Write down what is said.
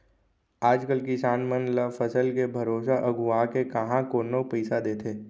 आज कल किसान मन ल फसल के भरोसा अघुवाके काँहा कोनो पइसा देथे